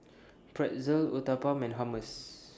Pretzel Uthapam and Hummus